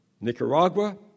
Nicaragua